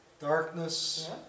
Darkness